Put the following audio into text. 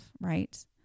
right